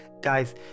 Guys